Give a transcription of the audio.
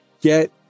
Get